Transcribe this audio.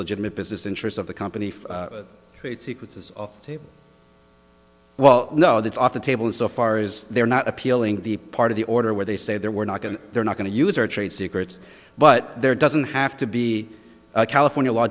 legitimate business interests of the company for trade secrets is well you know that's off the table in so far as they're not appealing the part of the order where they say they're we're not going to they're not going to use our trade secrets but there doesn't have to be a california law